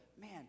man